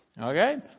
Okay